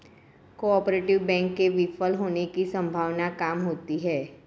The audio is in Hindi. कोआपरेटिव बैंक के विफल होने की सम्भावना काम होती है